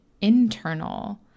internal